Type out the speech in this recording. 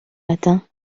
matin